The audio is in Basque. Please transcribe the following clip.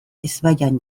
ezbaian